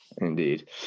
Indeed